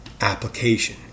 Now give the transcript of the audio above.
application